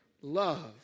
love